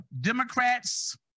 Democrats